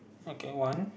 okay one